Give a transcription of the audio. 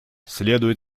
следует